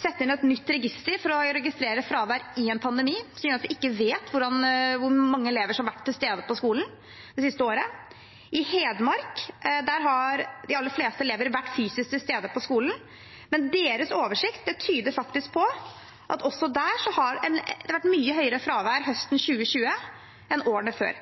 sette inn et nytt register for å registrere fravær i en pandemi, som gjør at de ikke vet hvor mange elever som har vært til stede på skolen det siste året. I Hedmark har de aller fleste elever vært fysisk til stede på skolen, men deres oversikt tyder faktisk på at også der har det vært mye høyere fravær høsten 2020 enn årene før.